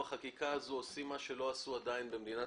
בחקיקה הזאת אנחנו עושים מה שלא עשו עדיין במדינת